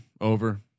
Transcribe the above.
over